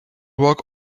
work